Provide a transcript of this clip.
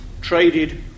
traded